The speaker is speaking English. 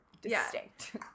distinct